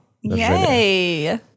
Yay